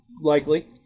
Likely